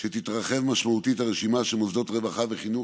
שתתרחב משמעותית הרשימה של מוסדות רווחה וחינוך